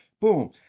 Boom